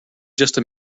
just